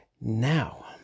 Now